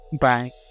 Bye